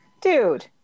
Dude